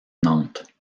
nantes